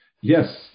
Yes